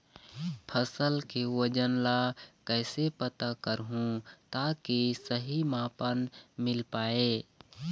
फसल के वजन ला कैसे पता करहूं ताकि सही मापन मील पाए?